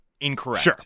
incorrect